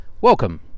welcome